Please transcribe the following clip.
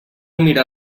mirar